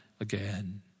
again